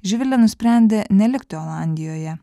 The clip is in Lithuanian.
živilė nusprendė nelikti olandijoje